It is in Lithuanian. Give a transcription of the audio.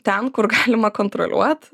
ten kur galima kontroliuot